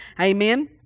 amen